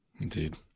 Indeed